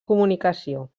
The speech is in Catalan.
comunicació